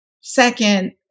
Second